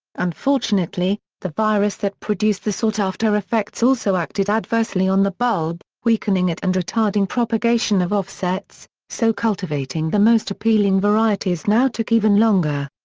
unfortunately, the virus that produced the sought-after effects also acted adversely on the bulb, weakening it and retarding propagation of offsets, so cultivating the most appealing varieties now took even longer.